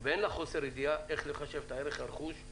ואין לה חוסר ידיעה איך לחשב את ערך הרכוש,